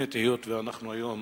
את האמת, היות שאנחנו היום